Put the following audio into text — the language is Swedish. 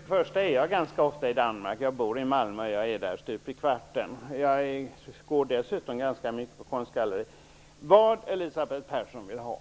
Herr talman! Först och främst är jag ganska ofta i Danmark. Jag bor i Malmö, och jag är i Danmark stup i kvarten. Jag går dessutom ganska ofta på konstgallerier. Elisabeth Persson vill ha